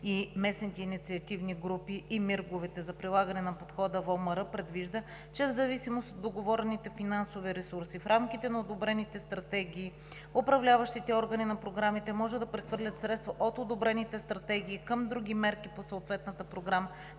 и местните инициативни рибарски групи за прилагане на Подхода ВОМР предвижда, че в зависимост от договорените финансови ресурси в рамките на одобрените стратегии управляващите органи на програмите може да прехвърлят средства от одобрените стратегии към други мерки по съответната програма